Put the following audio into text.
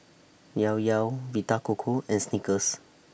Llao Llao Vita Coco and Snickers